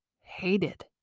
Hated